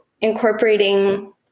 incorporating